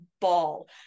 ball